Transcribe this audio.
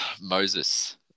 Moses